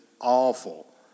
awful